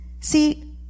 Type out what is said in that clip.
See